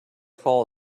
fall